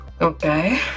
Okay